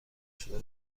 شده